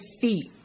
feet